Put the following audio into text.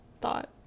thought